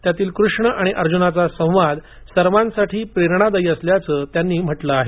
त्यातील कृष्ण आणि अर्जुनाचा संवाद सर्वांसाठीच प्रेरणादायी असल्याचं त्यांनी म्हटलं आहे